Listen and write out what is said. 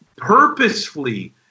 purposefully